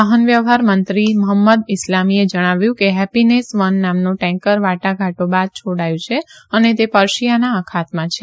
વાહન વ્યવહાર મંત્રી મહંમદ ઈસ્લામીએ જણાવ્યું કે હેપ્પીનેસ વન નામનું ટેન્કર વાટાઘાટો બાદ છોડાયું છે અને તે પર્શીયાના અખાતમાં છે